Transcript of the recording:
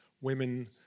women